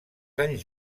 anys